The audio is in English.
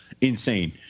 insane